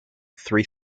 three